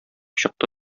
чыкты